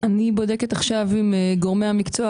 אני בודקת עכשיו עם גורמי המקצוע.